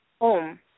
home